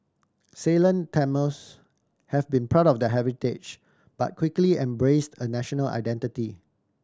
Ceylon Tamils have been proud of their heritage but quickly embraced a national identity